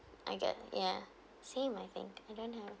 I got ya same I think I don't have